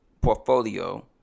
portfolio